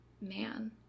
man